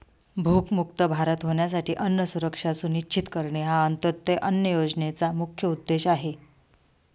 भूकमुक्त भारत होण्यासाठी अन्न सुरक्षा सुनिश्चित करणे हा अंत्योदय अन्न योजनेचा मुख्य उद्देश आहे